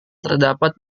terdapat